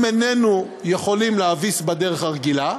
אם איננו יכולים להביס בדרך הרגילה,